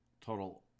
total